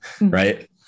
right